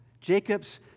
Jacob's